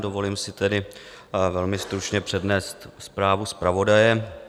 Dovolím si tedy velmi stručně přednést zprávu zpravodaje.